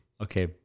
Okay